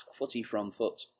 footyfromfoot